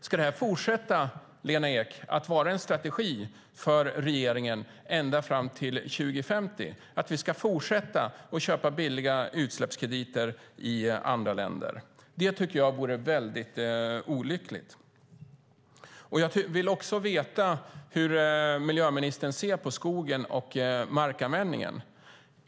Ska detta fortsätta att vara en strategi för regeringen, Lena Ek, ända fram till 2050? Ska vi fortsätta att köpa billiga utsläppskrediter i andra länder? Det tycker jag vore olyckligt. Jag vill veta hur miljöministern ser på skogen och markanvändningen.